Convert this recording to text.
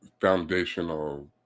foundational